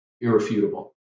irrefutable